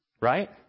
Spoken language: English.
right